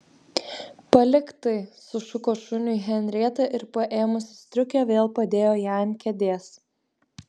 palik tai sušuko šuniui henrieta ir paėmusi striukę vėl padėjo ją ant kėdės